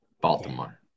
Baltimore